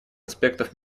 аспектов